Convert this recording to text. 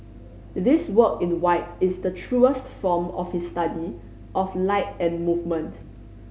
this work in white is the truest form of his study of light and movement